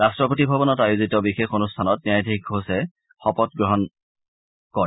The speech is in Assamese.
ৰট্টপতি ভৱনত আয়োজিত বিশেষ অনুষ্ঠানত ন্যায়াধীশ ঘোষে শপত গ্ৰহণ কৰায়